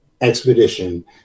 expedition